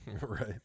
Right